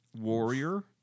Warrior